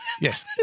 Yes